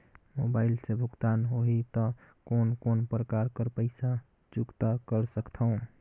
Mobile से भुगतान होहि त कोन कोन प्रकार कर पईसा चुकता कर सकथव?